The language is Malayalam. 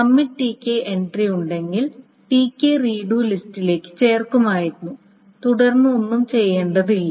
കമ്മിറ്റ് Tk എൻട്രി ഉണ്ടെങ്കിൽ Tk റീഡു ലിസ്റ്റിലേക്ക് ചേർക്കുമായിരുന്നു തുടർന്ന് ഒന്നും ചെയ്യേണ്ടതില്ല